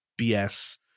BS